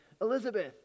Elizabeth